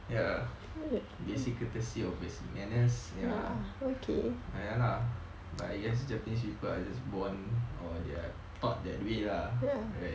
ya basic courtesy obviously manners ya ya lah but I guess japanese people are just born or they are taught that way lah right